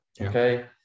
okay